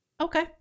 Okay